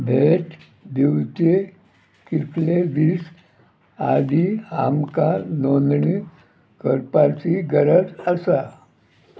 भेट दिवचे कितले दीस आदी आमकां नोंदणी करपाची गरज आसा